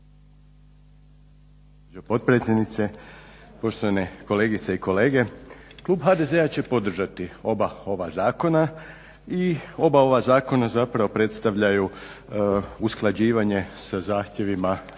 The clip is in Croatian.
potpredsjednice, poštovane kolegice i kolege, Klub HDZ-a će podržati oba ova zakona i oba ova zakona zapravo predstavljaju usklađivanje s zahtjevima EU